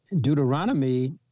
Deuteronomy